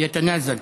מוותר,